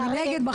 מנגד,